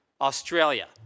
Australia